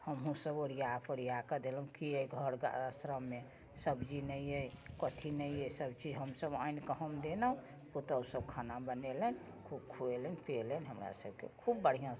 हमहूँ सब ओरिआ पोरिआ कऽ देलहुँ कि घर आश्रममे सब्जी नहि अइ कथी नहि अइ सबचीज हमसब आनिके हमसब देलहुँ पुतहु सब खाना बनेलनि खूब खुयेलनि पियेलनि हमरा सबकेँ खूब बढ़िआँसँ